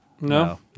No